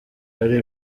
yari